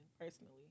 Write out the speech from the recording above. personally